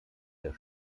der